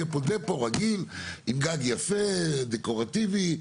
יהיה פה דפו רגיל, עם גג יפה, דקורטיבי.